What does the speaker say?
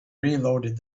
reloaded